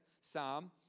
psalm